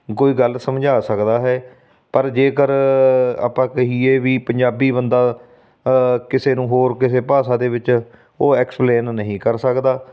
ਕੋਈ ਗੱਲ ਸਮਝਾ ਸਕਦਾ ਹੈ ਪਰ ਜੇਕਰ ਆਪਾਂ ਕਹੀਏ ਵੀ ਪੰਜਾਬੀ ਬੰਦਾ ਕਿਸੇ ਨੂੰ ਹੋਰ ਕਿਸੇ ਭਾਸ਼ਾ ਦੇ ਵਿੱਚ ਉਹ ਐਕਸਪਲੇਨ ਨਹੀਂ ਕਰ ਸਕਦਾ